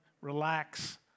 relax